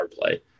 play